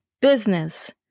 business